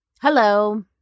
Hello